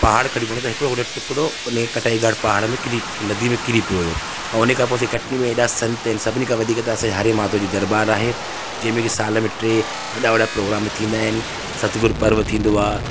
पहाड़ खणी वियो त हिकिड़ो वॾो टुकिड़ो उन ई कटाई घाट पहाड़ में किरी नंदी में किरी पियो हुयो ऐं उन खां पोइ असांजे कटनीअ में एॾा संत इन सभिनी खां वधीक त असांई हरे माधव जी दरबार आहे जंहिंमे की साल में टे वॾा वॾा प्रोग्राम थींदा आहिनि सतगुरु पर्व थींदो आहे